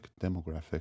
demographic